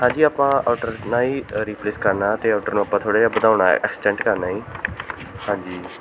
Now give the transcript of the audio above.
ਭਾਅ ਜੀ ਆਪਾਂ ਔਡਰ ਨਾ ਜੀ ਰਿਪਲੇਸ ਕਰਨਾ ਅਤੇ ਔਡਰ ਨੂੰ ਆਪਾਂ ਥੋੜ੍ਹਾ ਜਿਹਾ ਵਧਾਉਣਾ ਐਕਸਟੈਂਡ ਕਰਨਾ ਜੀ ਹਾਂਜੀ